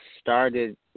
started